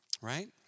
right